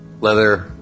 leather